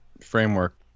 framework